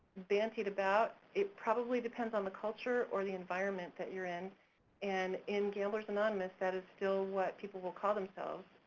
bandied about it probably depends on the culture or the environment that you're in and in gamblers anonymous that is still what people will call themselves,